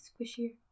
squishier